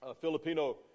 Filipino